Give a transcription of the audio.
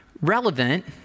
relevant